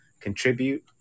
contribute